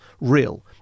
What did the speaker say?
real